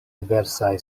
diversaj